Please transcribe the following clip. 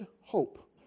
hope